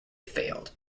failed